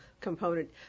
component